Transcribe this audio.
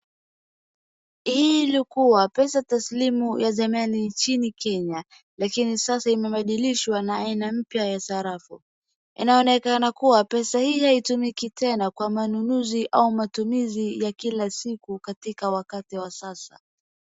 Hii ilikua pesa taslimu ya zamani nchini Kenya lakini sasa imebadlishwa na aina mpya ya sarafu. Inaonekana kuwa pesa hii haitumiki tena kwa manunuzi au matumizi ya kila siku katika wakati wa sasa.